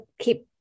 keep